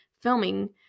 filming